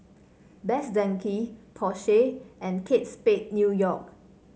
Best Denki Porsche and Kate Spade New York